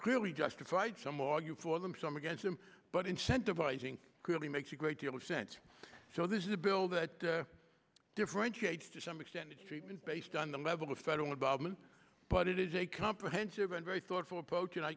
clearly justified some argue for them some against them but incentivizing clearly makes a great deal of sense so this is a bill that differentiates to some extent its treatment based on the level of federal involvement but it is a comprehensive and very thoughtful approach and i